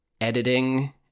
editing